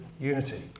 unity